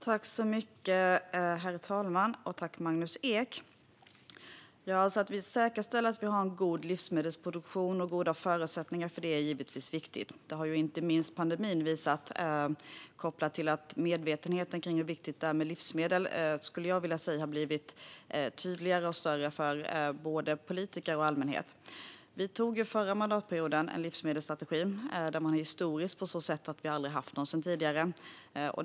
Herr talman! Tack för frågan, Magnus Ek! Att vi säkerställer att vi har en god livsmedelsproduktion och goda förutsättningar för det är givetvis viktigt. Det har inte minst pandemin visat, kopplat till att medvetenheten kring hur viktigt det är med livsmedel har blivit tydligare och större, skulle jag vilja säga, hos både politiker och allmänhet. Vi antog förra mandatperioden en livsmedelsstrategi. Den var historisk på så sätt att vi aldrig har haft någon tidigare.